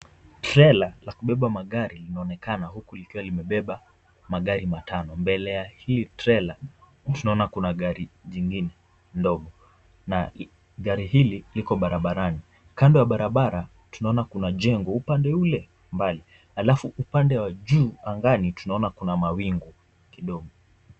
Trela la kubeba magari linaonekana huku likiwa limebeba magari matano. Mbele ya hii trela tunaona kuna gari jingine ndogo. Na gari hili liko barabarani. Kando ya barabara tunaona kuna jengo upande ule mbali. Alafu upande wa juu angani tunaona kuna mawingu kidogo.